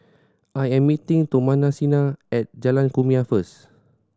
I am meeting Thomasina at Jalan Kumia first